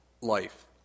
life